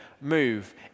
move